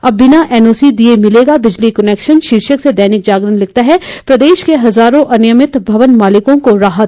अब बिना एनओसी दिए मिलेगा बिजली कनेक्शन शीर्षक से दैनिक जागरण लिखता है प्रदेश के हजारों अनियमित भवन मालिकों को राहत